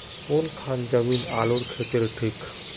कौन खान जमीन आलूर केते ठिक?